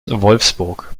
wolfsburg